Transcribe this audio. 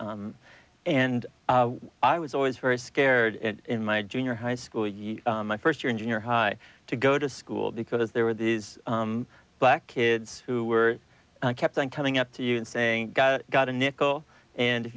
s and i was always very scared in my junior high school you my first year in junior high to go to school because there were these black kids who were kept on coming up to you and saying got a nickel and if